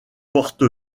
porte